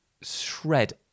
shred